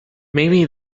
maybe